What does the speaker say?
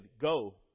Go